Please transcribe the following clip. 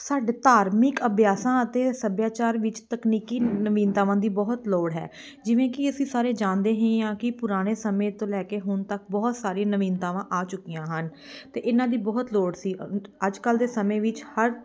ਸਾਡੇ ਧਾਰਮਿਕ ਅਭਿਆਸਾਂ ਅਤੇ ਸੱਭਿਆਚਾਰ ਵਿੱਚ ਤਕਨੀਕੀ ਨਵੀਨਤਾਵਾਂ ਦੀ ਬਹੁਤ ਲੋੜ ਹੈ ਜਿਵੇਂ ਕਿ ਅਸੀਂ ਸਾਰੇ ਜਾਣਦੇ ਹੀ ਹਾਂ ਕਿ ਪੁਰਾਣੇ ਸਮੇਂ ਤੋਂ ਲੈ ਕੇ ਹੁਣ ਤੱਕ ਬਹੁਤ ਸਾਰੀ ਨਵੀਨਤਾਵਾਂ ਆ ਚੁੱਕੀਆਂ ਹਨ ਅਤੇ ਇਹਨਾਂ ਦੀ ਬਹੁਤ ਲੋੜ ਸੀ ਅੱਜ ਕੱਲ੍ਹ ਦੇ ਸਮੇਂ ਵਿੱਚ ਹਰ